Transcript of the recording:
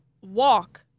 walk